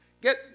Get